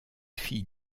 fille